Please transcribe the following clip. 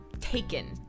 taken